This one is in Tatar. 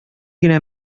генә